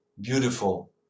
beautiful